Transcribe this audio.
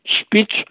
speech